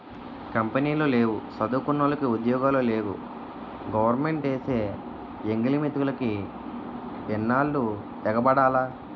కంపినీలు లేవు సదువుకున్నోలికి ఉద్యోగాలు లేవు గవరమెంటేసే ఎంగిలి మెతుకులికి ఎన్నాల్లు ఎగబడాల